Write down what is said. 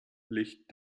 licht